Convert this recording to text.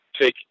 take